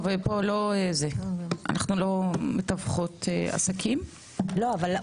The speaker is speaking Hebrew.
טוב, אנחנו לא מתווכות עסקים פה.